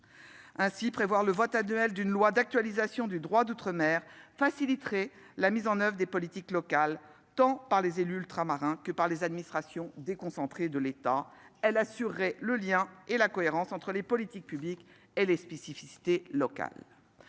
Prévoir le vote annuel d'une loi d'actualisation du droit d'outre-mer faciliterait la mise en oeuvre des politiques locales tant par les élus ultramarins que par les administrations déconcentrées de l'État, et cela assurerait le lien et la cohérence entre les politiques publiques et les spécificités locales.